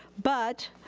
but,